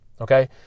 okay